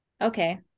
Okay